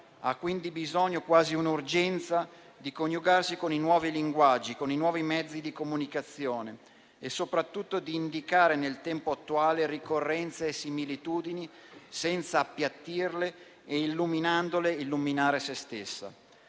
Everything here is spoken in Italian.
ha quindi bisogno, quasi l'urgenza, di coniugarsi con i nuovi linguaggi e con i nuovi mezzi di comunicazione, ma soprattutto di indicare nel tempo attuale ricorrenze e similitudini, senza appiattirle e - illuminandole - illuminare se stessa.